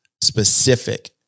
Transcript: specific